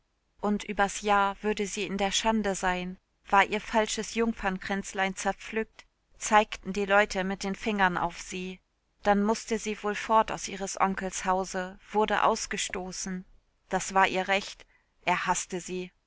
und übers jahr würde sie in der schande sein war ihr falsches jungfernkränzlein zerpflückt zeigten die leute mit fingern auf sie dann mußte sie wohl fort aus ihres onkels hause wurde ausgestoßen das war ihr recht er haßte sie